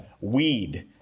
weed